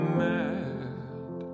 mad